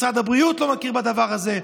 משרד הבריאות לא מכיר בדבר הזה.